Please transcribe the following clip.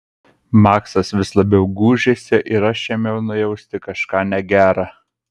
maksas vis labiau gūžėsi ir aš ėmiau nujausti kažką negera